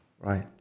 Right